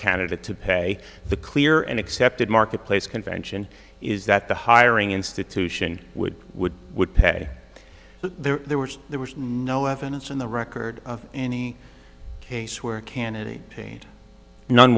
candidate to pay the clear and accepted marketplace convention is that the hiring institution would would would pay there there was there was no evidence in the record of any case where a candidate paid none